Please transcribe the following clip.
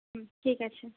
হুম ঠিক আছে